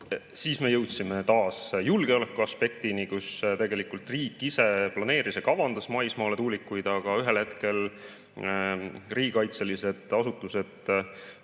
Siis me jõudsime taas julgeolekuaspektini, kui tegelikult riik ise planeeris ja kavandas maismaale tuulikuid, aga ühel hetkel riigikaitselised asutused